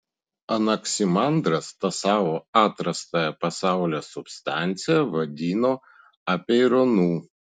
anaksimandras tą savo atrastąją pasaulio substanciją vadino apeironu